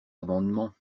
amendement